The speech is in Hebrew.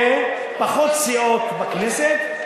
יהיו פחות סיעות בכנסת,